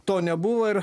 to nebuvo ir